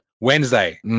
Wednesday